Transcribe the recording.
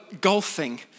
golfing